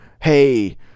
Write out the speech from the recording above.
hey